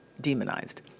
demonized